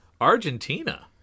Argentina